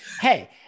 hey